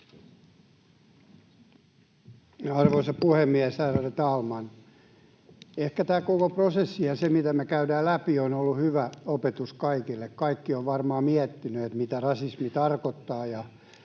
Arvoisa puhemies, ärade talman! Ehkä tämä koko prosessi ja se, mitä me käydään läpi, on ollut hyvä opetus kaikille. Kaikki ovat varmaan miettineet, mitä rasismi tarkoittaa